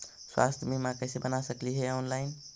स्वास्थ्य बीमा कैसे बना सकली हे ऑनलाइन?